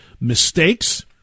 mistakes